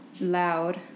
loud